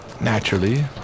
Naturally